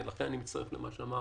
לכן אני מצטרף למה שאמר